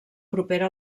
propera